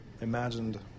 imagined